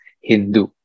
Hindu